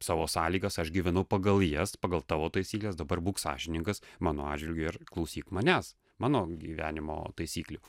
savo sąlygas aš gyvenu pagal jas pagal tavo taisykles dabar būk sąžiningas mano atžvilgiu ir klausyk manęs mano gyvenimo taisyklių